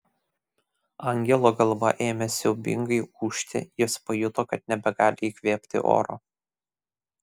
angelo galva ėmė siaubingai ūžti jis pajuto kad nebegali įkvėpti oro